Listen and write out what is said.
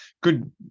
good